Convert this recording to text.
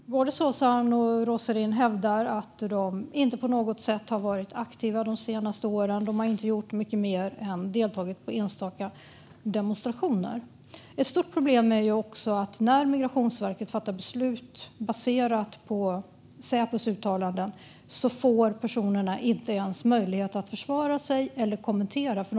Fru talman! Både Zozan och Rozerin hävdar att de inte på något sätt har varit aktiva de senaste åren. De har inte gjort mycket mer än att de har deltagit på enstaka demonstrationer. Ett stort problem är också att när Migrationsverket fattar beslut baserat på Säpos uttalanden får personerna inte ens möjlighet att försvara sig eller att kommentera det.